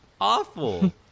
awful